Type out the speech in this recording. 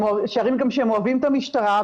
שרים גם שהם אוהבים את המשטרה.